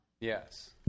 Yes